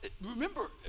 remember